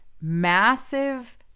massive